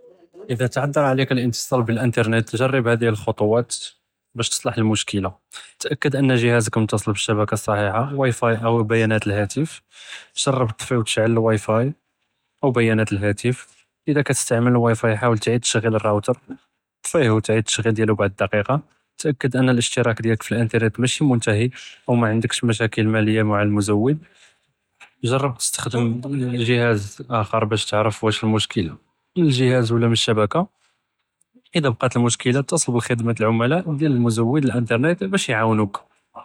אלא תע׳ד׳ר עליכ אלאִתצאל ב־אלאינתרנֵט ג׳רב האד אלח׳טואת באש תצלח אלמשכּלה, תאַכּד אנה ג׳האזכ מתצל ב־אלשׁבּכּה א־ציהיה wifi או ביאנת אלהאתף, ג׳רב תטפי ו תשעל אל-wifi או ביאנת אלהאתף, אלא כאתסתעמל אל-wifi חאוול תעיד תשע׳יל א־ראוטר, טפיה ו תעיד תשע׳ילו דיאלֹו בעד דקיקה, תאַכּד אנה אלאִשתראכ דיאלכ פ־אלאינתרנֵט מאשי מנתהי או מענדכּש משאכּל מאליה מע אלמזוד, ג׳רב תסתעמל ג׳האז אכר באש תערף ואש אלמשכּל מן אלג׳האז ו לא מן אלשׁבּכּה, אלא בּקאת אלמשכּלה אתצאל ב־ח׳דמת אלעמלא דיאל אלמזוד ד־אלאינתרנֵט באש יֻעאוּנוכ.